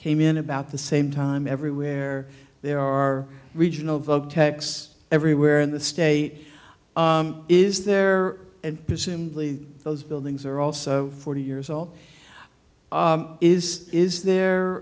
came in about the same time everywhere there are regional vote tax everywhere in the state is there and presumably those buildings are also forty years old is is there